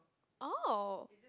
oh